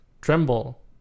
Tremble